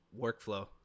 workflow